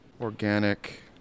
organic